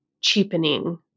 cheapening